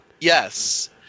Yes